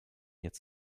jetzt